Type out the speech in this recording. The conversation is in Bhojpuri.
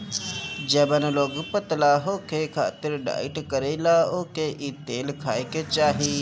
जवन लोग पतला होखे खातिर डाईट करेला ओके इ तेल खाए के चाही